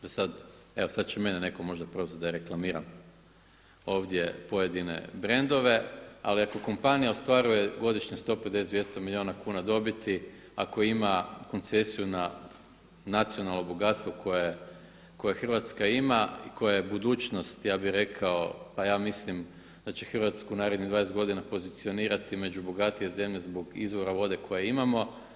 Do sad, evo sad će mene netko možda prozvati da je reklamiram ovdje pojedine brendove, ali ako kompanija ostvaruje godišnje 150, 200 milijuna kuna dobiti, ako ima koncesiju na nacionalno bogatstvo koje Hrvatska ima i koja je budućnost ja bih rekao pa ja mislim da će Hrvatsku u narednih 20 godina pozicionirati među bogatije zemlje zbog izvora vode koje imamo.